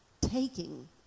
taking